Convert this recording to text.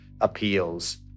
appeals